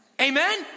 amen